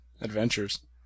adventures